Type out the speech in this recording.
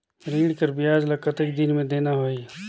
ऋण कर ब्याज ला कतेक दिन मे देना होही?